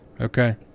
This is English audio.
okay